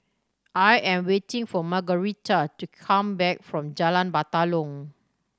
I am waiting for Margueritta to come back from Jalan Batalong